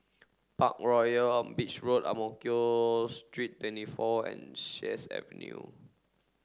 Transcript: Parkroyal on Beach Road Ang Mo Kio Street Twenty four and Sheares Avenue